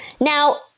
Now